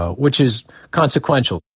ah which is consequential,